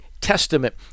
testament